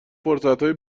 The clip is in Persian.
فرصتهای